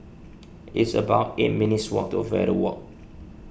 it's about eight minutes' walk to Verde Walk